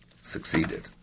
succeeded